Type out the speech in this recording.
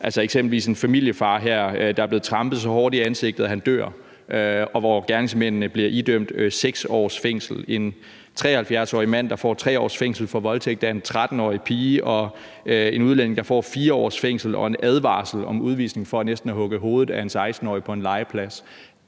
altså eksempelvis en familiefar, der er blevet trampet så hårdt i ansigtet, at han dør, og hvor gerningsmændene bliver idømt 6 års fængsel, en 73-årig mand, der får 3 års fængsel for voldtægt af en 13-årig pige, og en udlænding, der får 4 års fængsel og en advarsel om udvisning for næsten at have hugget hovedet af en 16-årig på en legeplads.